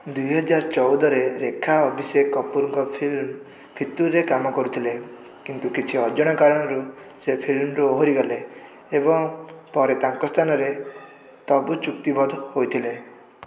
ଦୁଇ ହଜାର ଚଉଦରେ ରେଖା ଅଭିଷେକ କପୁରଙ୍କ ଫିଲ୍ମ ଫିତୂରରେ କାମ କରୁଥିଲେ କିନ୍ତୁ କିଛି ଅଜଣା କାରଣରୁ ସେ ଫିଲ୍ମରୁ ଓହରି ଗଲେ ଏବଂ ପରେ ତାଙ୍କ ସ୍ଥାନରେ ତବୁ ଚୁକ୍ତିବଦ୍ଧ ହୋଇଥିଲେ